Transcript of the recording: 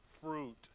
fruit